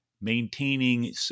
maintaining